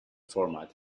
format